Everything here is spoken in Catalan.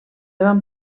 van